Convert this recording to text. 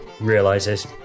realizes